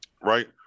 Right